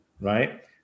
right